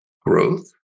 growth